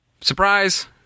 surprise